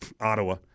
Ottawa